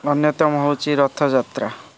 ଅନ୍ୟତମ ହେଉଛି ରଥଯାତ୍ରା